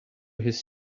his